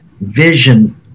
vision